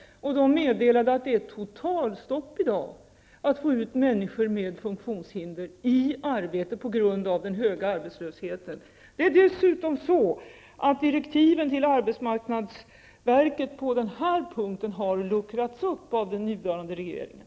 Man meddelade att det i dag är totalstopp när det gäller att få ut människor med funktionshinder i arbete, detta på grund av den höga arbetslösheten. På denna punkt är det dessutom så, att direktiven till arbetsmarknadsverket har luckrats upp av den nuvarande regeringen.